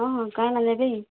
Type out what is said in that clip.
ହଁ ହଁ କା'ଣା ନେବେ କି